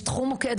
יש תחום מוקד,